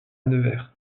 nevers